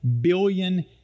billion